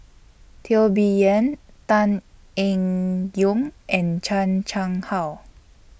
Teo Bee Yen Tan Eng Yoon and Chan Chang How